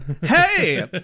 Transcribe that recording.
Hey